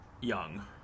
young